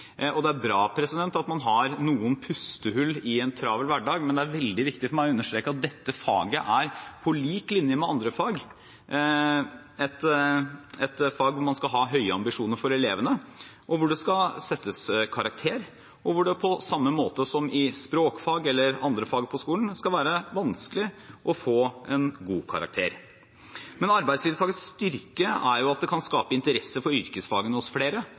Det er bra at man har noen pustehull i en travel hverdag, men det er veldig viktig for meg å understreke at dette faget er, på lik linje med andre fag, et fag hvor man skal ha høye ambisjoner for elevene, hvor det skal setters karakter, og hvor det på samme måte som i språkfag eller andre fag på skolen skal være vanskelig å få en god karakter. Men arbeidslivsfagets styrke er at det kan skape interesse for yrkesfagene hos flere,